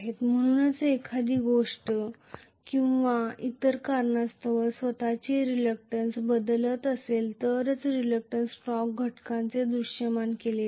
म्हणूनच एखादी गोष्ट किंवा इतर कारणास्तव स्वत ची रिलक्टंन्स बदलत असेल तरच रिलक्टंन्स टॉर्क घटकांचे दृश्यमान केले जाईल